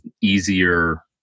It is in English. easier